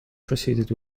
preceded